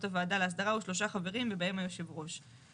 הוועדה להסדרה הוא שלושה חברים ובהם יושב הראש.